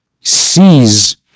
sees